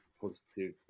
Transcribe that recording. positive